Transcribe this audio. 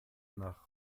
nach